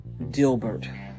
Dilbert